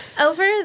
over